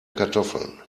kartoffeln